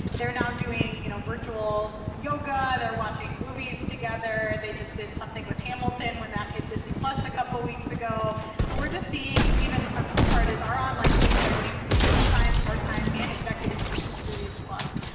they're now doing you know virtual yoga, they're watching movies together. they just did something with hamilton when that hit disney plus a couple of weeks ago. so we're just seeing even a cool part is our online students are getting to meet full-time, part-time and executive students through these clubs.